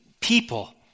people